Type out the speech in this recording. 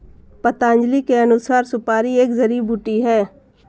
पतंजलि के अनुसार, सुपारी एक जड़ी बूटी है